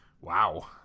Wow